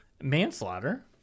manslaughter